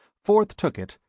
forth took it,